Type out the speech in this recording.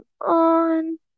on